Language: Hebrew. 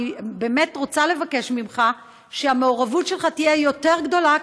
אני באמת רוצה לבקש ממך שהמעורבות שלך תהיה יותר גדולה,